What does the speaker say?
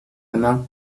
main